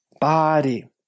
body